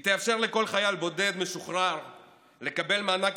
היא תאפשר לכל חייל בודד משוחרר לקבל מענק